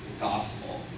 gospel